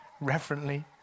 reverently